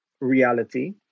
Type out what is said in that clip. reality